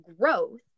growth